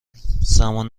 زمان